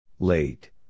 Late